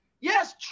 yes